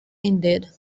ended